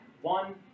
One